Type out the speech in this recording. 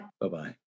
Bye-bye